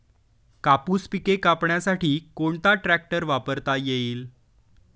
कापूस पिके कापण्यासाठी कोणता ट्रॅक्टर वापरता येईल?